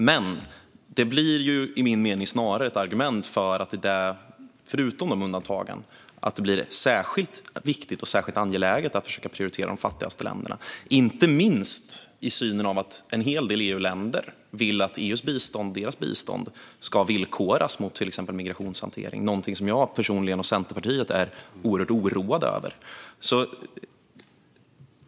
Men detta blir i min mening snarare ett argument för att det, förutom undantagen, blir särskilt angeläget att prioritera de fattigaste länderna, inte minst i ljuset av att en hel del EU-länder vill att deras bistånd ska villkoras mot till exempel migrationshantering, något som jag personligen liksom Centerpartiet är mycket oroade över.